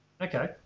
Okay